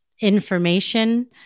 information